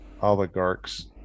oligarchs